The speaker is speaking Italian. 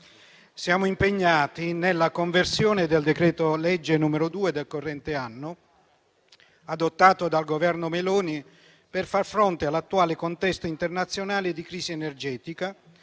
siamo impegnati nella conversione del decreto-legge n. 2 del corrente anno, adottato dal Governo Meloni per far fronte all'attuale contesto internazionale di crisi energetica